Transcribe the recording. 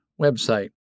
website